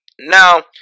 Now